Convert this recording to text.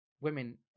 women